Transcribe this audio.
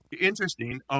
interesting